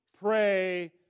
pray